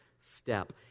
step